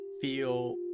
feel